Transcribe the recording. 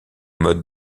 mode